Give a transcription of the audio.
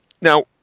Now